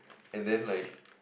and then like